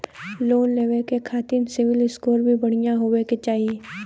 Loan लेवे के खातिन सिविल स्कोर भी बढ़िया होवें के चाही?